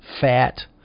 fat